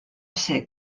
ser